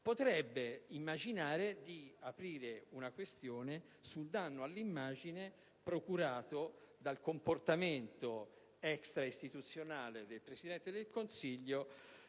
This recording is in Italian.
potrebbe immaginare di aprire una questione sul danno all'immagine procurato dal comportamento extraistituzionale del Presidente del Consiglio